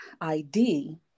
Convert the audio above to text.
ID